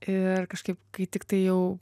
ir kažkaip kai tiktai jau